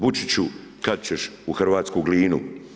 Vučiću kada ćeš u hrvatsku Glinu?